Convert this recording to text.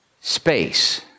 space